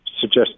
suggest